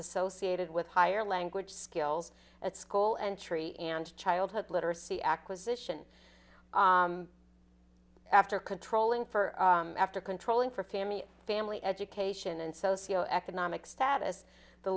associated with higher language skills at school entry and childhood literacy acquisition after controlling for after controlling for family family education and socio economic status the